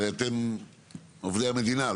אתם עובדי המדינה,